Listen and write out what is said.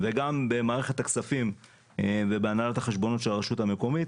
ובמערכת הכספים ובהנהלת החשבונות של הרשות המקומית